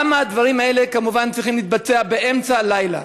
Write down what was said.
למה הדברים האלה צריכים להתבצע באמצע הלילה?